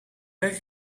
werk